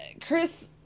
Chris